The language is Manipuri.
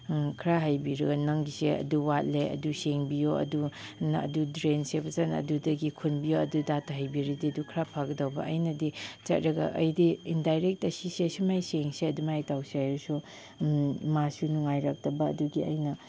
ꯈꯔ ꯍꯥꯏꯕꯤꯔꯒ ꯅꯪꯒꯤꯁꯦ ꯑꯗꯨ ꯋꯥꯠꯂꯦ ꯑꯗꯨ ꯁꯦꯡꯕꯤꯌꯣ ꯑꯗꯨꯅ ꯗ꯭ꯔꯦꯟ ꯁꯦꯕꯁꯤꯅ ꯑꯗꯨꯗꯒꯤ ꯈꯨꯟꯕꯤꯌꯣ ꯑꯗꯨ ꯗꯥꯇ ꯍꯩꯕꯤꯔꯗꯤ ꯑꯗꯨ ꯈꯔ ꯐꯒꯗꯧꯕ ꯑꯩꯅꯗꯤ ꯆꯠꯂꯒ ꯑꯩꯗꯤ ꯏꯟꯗꯥꯏꯔꯦꯛꯇ ꯁꯤ ꯁꯨꯃꯥꯏꯅ ꯁꯦꯡꯁꯦ ꯑꯗꯨꯃꯥꯏꯅ ꯇꯧꯁꯦ ꯍꯥꯏꯔꯁꯨ ꯃꯥꯁꯨ ꯅꯨꯡꯉꯥꯏꯔꯛꯇꯕ ꯑꯗꯨꯒꯤ ꯑꯩꯅ